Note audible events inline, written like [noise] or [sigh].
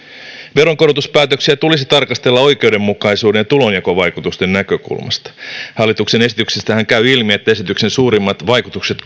veronkorotuspäätöksiä tulisi tarkastella oikeudenmukaisuuden ja tulonjakovaikutusten näkökulmasta hallituksen esityksestähän käy ilmi että esityksen suurimmat vaikutukset [unintelligible]